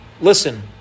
Listen